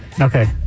Okay